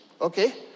okay